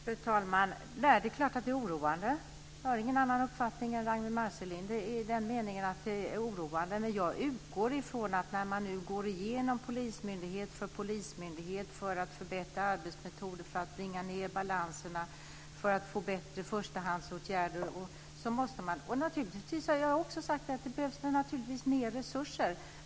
Fru talman! Det är klart att det är oroande. Jag har ingen annan uppfattning än Ragnwi Marcelind i den meningen att det är oroande. Men man går nu igenom polismyndighet för polismyndighet för att förbättra arbetsmetoder, för att bringa ned balanserna och för att få bättre förstahandsåtgärder. Jag har också sagt att det naturligtvis behövs mer resurser.